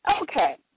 Okay